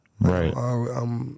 Right